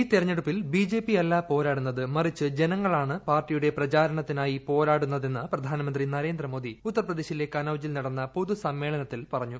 ഈ തെരഞ്ഞെടുപ്പിൽ ബിജെപി അല്ല പോരാടുന്നത് മറിച്ച് ജനങ്ങളാണ് പാർട്ടിയുടെ പ്രചാരണത്തിനായി പോരാടുന്നതെന്ന് പ്രധാനമന്ത്രി നരേന്ദ്രമോദി ഉത്തർപ്രദേശിലെ കനൌജിൽ നടന്ന പൊതുസമ്മേളനത്തിൽ പറഞ്ഞു